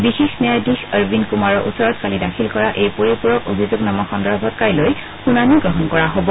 বিশেষ ন্যায়াধীশ অৰবিন্দ কুমাৰৰ ওচৰত কালি দাখিল কৰা এই পৰিপুৰক অভিযোগনামা সন্দৰ্ভত কাইলৈ শুনানি গ্ৰহণ কৰা হব